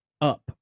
up